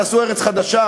תעשו ארץ חדשה,